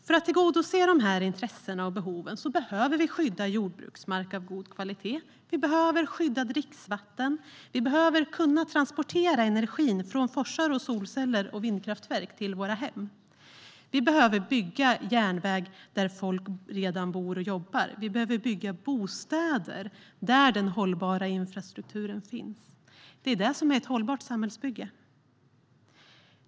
För att tillgodose dessa intressen och behov behöver vi skydda jordbruksmark av god kvalitet. Vi behöver skydda dricksvatten. Vi behöver kunna transportera energi från forsar, solceller och vindkraftverk till våra hem. Vi behöver bygga järnväg där folk redan bor och jobbar. Vi behöver bygga bostäder där den hållbara infrastrukturen finns. Det är det som är ett hållbart samhällsbygge.